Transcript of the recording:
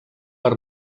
per